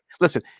Listen